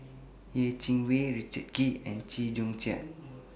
Yeh Chi Wei Richard Kee and Chew Joo Chiat